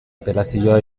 apelazioa